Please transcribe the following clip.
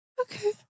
Okay